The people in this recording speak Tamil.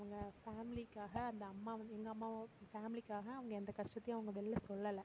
அவங்க ஃபேமிலிக்காக அந்த அம்மா வந்து எங்கள் அம்மாவும் ஃபேமிலிக்காக அவங்க எந்த கஷ்டத்தையும் அவங்க வெளில சொல்லலை